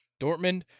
Dortmund